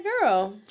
girl